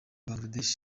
bangladesh